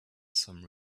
some